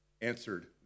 answered